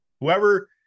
Whoever